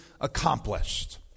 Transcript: accomplished